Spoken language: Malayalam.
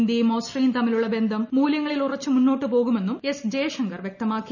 ഇന്ത്യയും ഓസ്ട്രിയയും തമ്മിലുള്ള ബന്ധം മൂല്യങ്ങളിൽ ഉറച്ചു മുന്നോട്ടു പോകുമെന്നും എസ് ജയ്ശങ്കർ വൃക്തമാക്കി